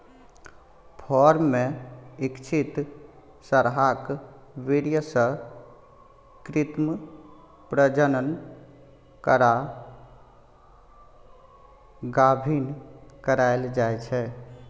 firm मे इच्छित सरहाक बीर्य सँ कृत्रिम प्रजनन करा गाभिन कराएल जाइ छै